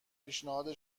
پیشنهاد